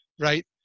right